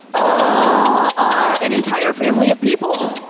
ah an entire family of people,